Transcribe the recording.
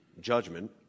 judgment